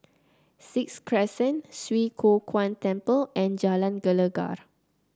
Sixth Crescent Swee Kow Kuan Temple and Jalan Gelegar